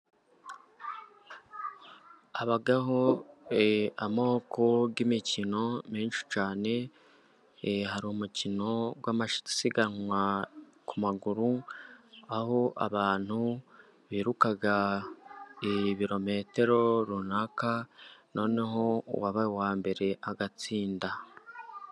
Habaho amoko y'imikino menshi cyane, hari umukino w'amasiganwa ku maguru, aho abantu biruka ibirometero runaka noneho uwabaye uwambere agatsinda.